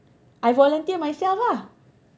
I volunteer myself lah